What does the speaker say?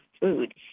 food